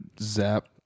Zap